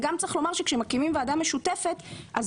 וגם צריך לומר שכשמקימים ועדה משותפת אז